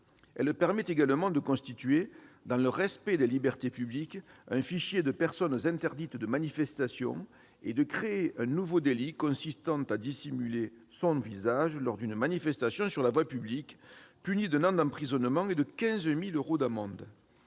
Elle permet également de constituer, dans le respect des libertés publiques, un fichier de personnes interdites de manifestations et de créer un nouveau délit consistant à dissimuler son visage lors d'une manifestation sur la voie publique, puni d'un an d'emprisonnement et de 15 000 euros d'amende.